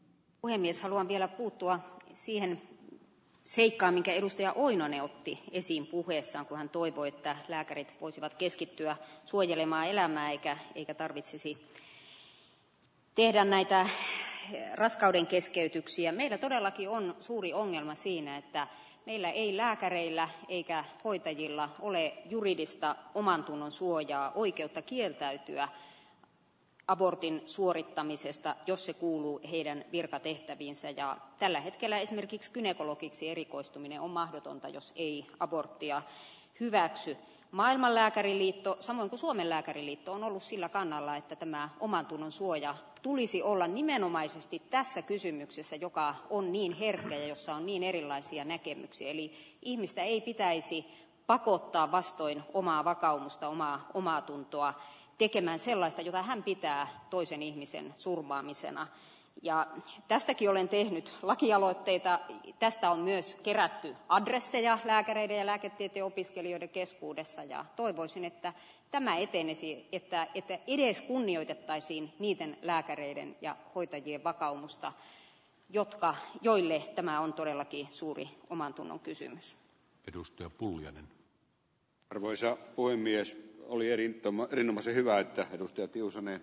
olen mies haluan vielä puuttua siihen seikkaan edustaja oinonen otti esiin puheessa hän toivoi että lääkärit voisivat keskittyä suojelemaan elämää eikä niitä tarvitsisi tehdä näitä nössöihin raskauden keskeytyksiä ne todellakin on suuri ongelma siinä että meillä ei lääkäreillä eikä hoitajilla ole juridista omantunnonsuojaa oikeutta kieltäytyä abortin suorittamisesta jos se kuuluu heidän virkatehtäviinsä ja tällä hetkellä esimerkiks gynekologiksi erikoistuminen on mahdotonta jos liikakorttia näsi maailman lääkäriliitto on suomen lääkäriliitto on ollut sillä kannalla että tänä omantunnonsuojaa tulisi olla ihmeenomaisesti tässä kysymyksessä joka on niin hirveä on niin erilaisia näkemyksiä eli ihmistä ei pitäisi pakottaa vastoin omaa vakaumusta omaan omaatuntoa tekemään sellaista jota hän pitää toisen ihmisen surmaamisena ja tästäkin olen tehnyt lakialoitteen ja tästä on myös kerätty adresseja lääkäreiden lääketieteen opiskelijoiden keskuudessa ja toivoisin että tämä itteeni siitä että ette edes kunnioitettaisiin niiden lääkäreiden ja hoitajien vakaumusta jotka joille tämä on todellakin suuri omantunnon kysymys edustaja pulliainen arvoisa puhemies oli eri tammojen voisi hyvä että edustaja tiusanen